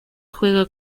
juega